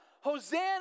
Hosanna